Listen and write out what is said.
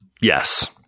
Yes